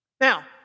Now